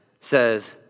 says